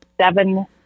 seven